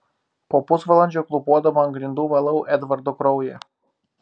po pusvalandžio klūpodama ant grindų valau edvardo kraują